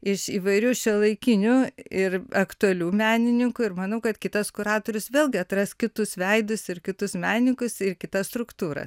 iš įvairių šiuolaikinių ir aktualių menininkų ir manau kad kitas kuratorius vėlgi atras kitus veidus ir kitus menininkus ir kitą struktūrą